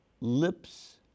lips